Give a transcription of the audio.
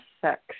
sex